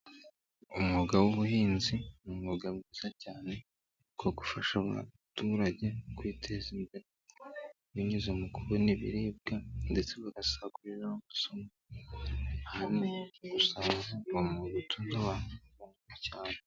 Umwuga w'ubuhinzi ni umwuga mwiza cyane wo gufasha abaturage kwiteza imbere binyuze mu kubona ibiribwa ndetse bagasagurira amasomo ahanini bikorwa n'abantu bo mu cyaro.